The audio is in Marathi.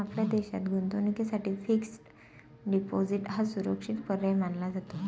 आपल्या देशात गुंतवणुकीसाठी फिक्स्ड डिपॉजिट हा सुरक्षित पर्याय मानला जातो